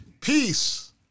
peace